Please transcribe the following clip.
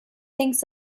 thinks